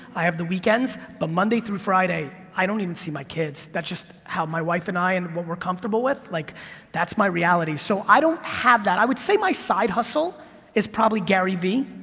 i have the weekends, but monday through friday, i don't even see my kids. that's just how my wife and i, and but we're comfortable with, like that's my reality. so i don't have that, i would say my side hustle is probably gary v,